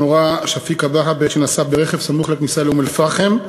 נורה שפיק כבהא בעת שנסע ברכב סמוך לכניסה לאום-אלפחם.